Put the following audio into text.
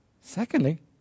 Secondly